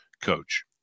coach